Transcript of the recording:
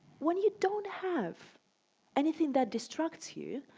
when you don't have anything that distracts you,